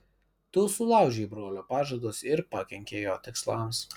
tu sulaužei brolio pažadus ir pakenkei jo tikslams